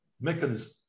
mechanism